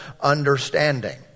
understanding